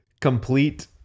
complete